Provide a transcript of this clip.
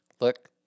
look